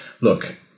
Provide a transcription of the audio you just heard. look